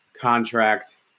contract